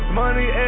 money